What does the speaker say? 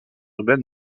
urbain